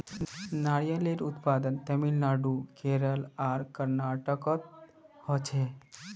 नारियलेर उत्पादन तामिलनाडू केरल आर कर्नाटकोत होछे